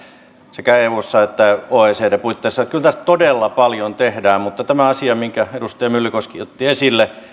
eun että oecdn puitteissa kyllä tässä todella paljon tehdään mutta tästä asiasta minkä edustaja myllykoski otti esille